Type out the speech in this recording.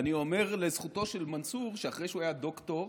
אני אומר לזכותו של מנסור, שאחרי שהוא היה דוקטור